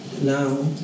now